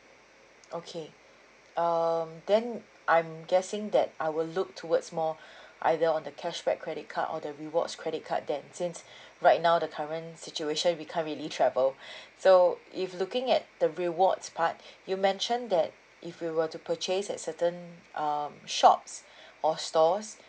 okay um then I'm guessing that I will look towards more either on the cashback credit card or the rewards credit card then since right now the current situation we can't really travel so if looking at the rewards part you mentioned that if we were to purchase at certain um shops or stores